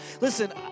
Listen